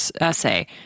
essay